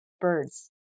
birds